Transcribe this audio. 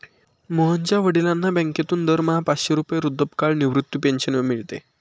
मोहनच्या वडिलांना बँकेतून दरमहा पाचशे रुपये वृद्धापकाळ निवृत्ती पेन्शन मिळते